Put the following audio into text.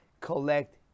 collect